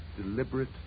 deliberate